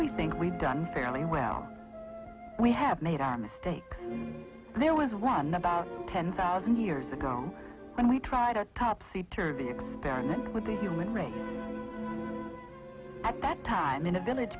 we think we've done fairly well we have made our mistakes there was one about ten thousand years ago when we tried our topsy turvy experiment with the human race at that time in a village